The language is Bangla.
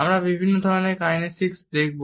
আমরা বিভিন্ন ধরনের কাইনেসিক্স কি কি তা দেখব